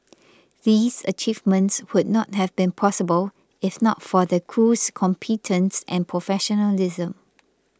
these achievements would not have been possible if not for the crew's competence and professionalism